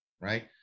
right